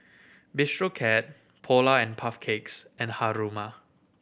Bistro Cat Polar and Puff Cakes and Haruma